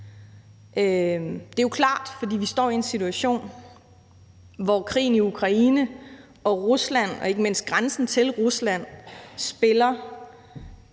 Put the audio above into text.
Det er klart, fordi vi står i en situation, hvor krigen i Ukraine og Rusland og ikke mindst grænsen til Rusland spiller